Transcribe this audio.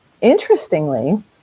interestingly